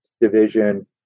division